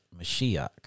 Mashiach